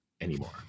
anymore